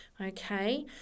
Okay